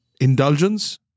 indulgence